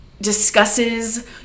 discusses